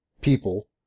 people